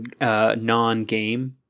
non-game